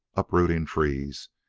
uprooting trees,